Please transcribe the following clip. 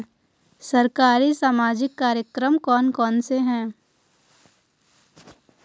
सरकारी सामाजिक कार्यक्रम कौन कौन से हैं?